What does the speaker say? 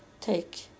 take